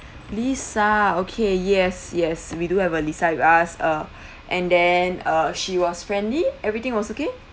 lisa okay yes yes we do have a lisa with us uh and then uh she was friendly everything was okay